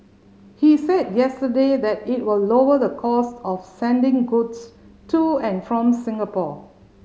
he said yesterday that it will lower the cost of sending goods to and from Singapore